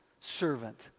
servant